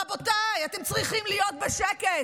רבותיי, אתם צריכים להיות בשקט,